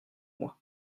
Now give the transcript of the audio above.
moi